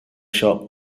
shop